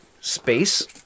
space